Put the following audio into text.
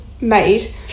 made